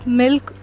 milk